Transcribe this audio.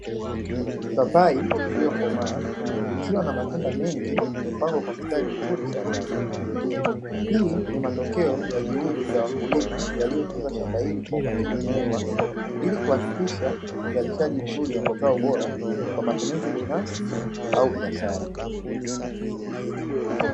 Mipapai iliyokomaa ikiwa na matunda mengi, imepangwa kwa mstari mzuri shambani. Hii ni matokeo ya juhudi za wakulima waliotunza shamba hili kwa umakini mkubwa ili kuhakikisha uzalishaji mzuri wa mazao bora kwa matumizi binafsi au biashara.